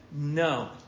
No